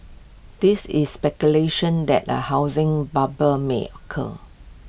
this is speculation that A housing bubble may occur